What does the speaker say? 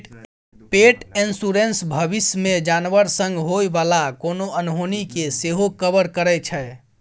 पेट इन्स्योरेन्स भबिस मे जानबर संग होइ बला कोनो अनहोनी केँ सेहो कवर करै छै